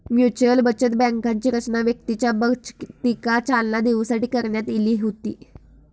mutual बचत बँकांची रचना व्यक्तींच्या बचतीका चालना देऊसाठी करण्यात इली होती